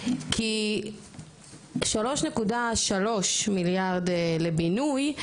כי 3.3 מיליארד לבינוי,